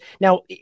now